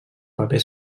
paper